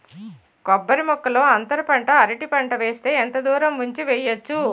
కొబ్బరి మొక్కల్లో అంతర పంట అరటి వేస్తే ఎంత దూరం ఉంచి వెయ్యొచ్చు?